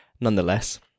nonetheless